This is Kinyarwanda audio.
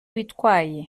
bitwaye